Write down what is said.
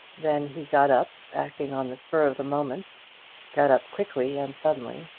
then he got up, acting on the spur of the moment got up quickly and suddenly,